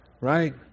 right